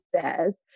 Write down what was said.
says